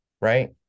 Right